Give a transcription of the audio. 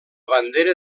bandera